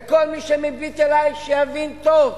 וכל מי שמביט עלי שיבין טוב: